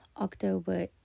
October